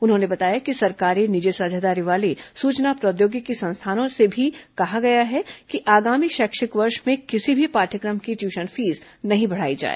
उन्होंने बताया कि सरकारी निजी साझेदारी वाले सूचना प्रौद्योगिकी संस्थानों से भी कहा गया है कि आगामी शैक्षिक वर्ष में किसी भी पाठ्य क्र म की ट्यूशन फीस नहीं बढ़ाई जाए